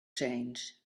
change